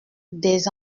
des